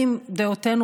גם ההייטק וגם